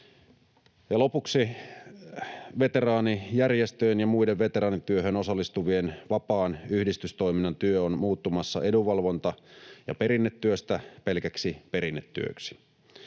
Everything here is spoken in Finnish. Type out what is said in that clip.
Lopuksi: Veteraanijärjestöjen ja muun veteraanityöhön osallistuvan vapaan yhdistystoiminnan työ on muuttumassa edunvalvonta- ja perinnetyöstä pelkäksi perinnetyöksi,